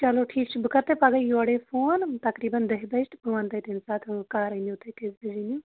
چلو ٹھیٖک چھُ بہٕ کَرٕ تۄہہِ پگاہ یورے فون تقریٖباً دہ بَجہِ تہٕ بہٕ وَنہٕ تۄہہِ تَمہِ ساتہٕ کَر أنِو تُہۍ کٔژِ بَجہِ أنِو